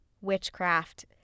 witchcraft